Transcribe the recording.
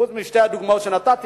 חוץ משתי הדוגמאות שנתתי,